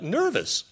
nervous